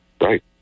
Right